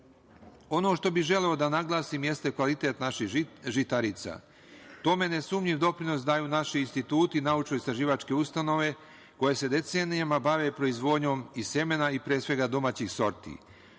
što bi želeo da naglasim jeste kvalitet naših žitarica. Tome nesumnjiv doprinos daju naši instituti, naučnoistraživačke ustanove koje se decenijama bave proizvodnjom i semena, i pre svega, domaćih sorti. Kada